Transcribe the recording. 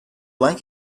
like